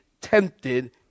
tempted